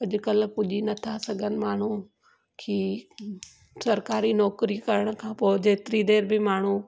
अॼुकल्ह पुजी नथा सघनि माण्हू की सरकारी नौकरी करण खां पोइ जेतिरी देरि बि माण्हू